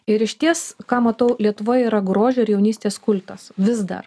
ir išties ką matau lietuva yra grožio ir jaunystės kultas vis dar